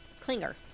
Klinger